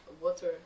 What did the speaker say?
Water